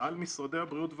על משרדי הבריאות,